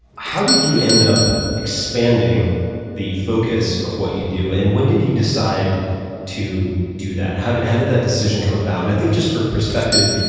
how did you end up expanding the focus of what you do and when did you decide to do that? how did how did that decision come about? and i think just for perspective,